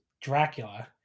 Dracula